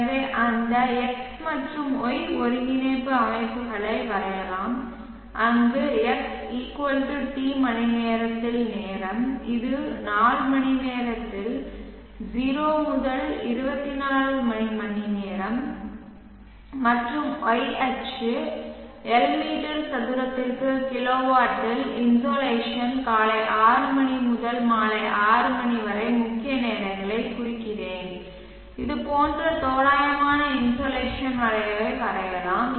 எனவே அந்த X மற்றும் Y ஒருங்கிணைப்பு அமைப்புகளை வரையலாம் அங்கு X T மணிநேரத்தில் நேரம் இது நாள் மணிநேரத்தில் 0 முதல் 24 மணிநேரம் மற்றும் Y அச்சு L மீட்டர் சதுரத்திற்கு கிலோவாட்டில் இன்சோலேஷன் காலை 6 மணி முதல் மாலை 6 மணி வரை முக்கிய நேரங்களைக் குறிக்கிறேன் இது போன்ற தோராயமான இன்சோலேஷன் வளைவை வரையலாம்